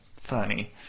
funny